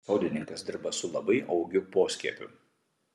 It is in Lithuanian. sodininkas dirba su labai augiu poskiepiu